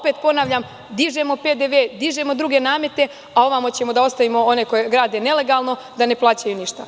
Ponavljam, dižemo PDV, dižemo druge namete, a ovamo ćemo da ostavimo one koji grade nelegalno da ne plaćaju ništa.